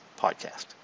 podcast